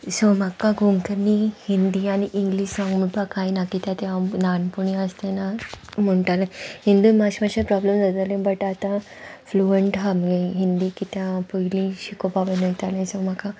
so म्हाका कोंकणी हिंदी आनी English song म्हणपाक कांय ना कित्या तें हांव ल्हानपणी आसतना म्हणटालें हिंदीन मात्शें मात्शें प्रोब्लम जाताले बट आतां फ्लुअंट हा हिंदी कित्या हांव पयलीं शिकोवपा बीन वयतालें सो म्हाका